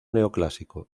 neoclásico